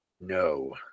No